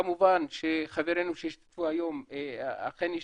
כמובן שחברינו שהשתתפו היום אכן ישתתפו,